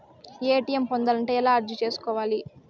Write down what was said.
ATM పొందాలంటే ఎలా అర్జీ సేసుకోవాలి?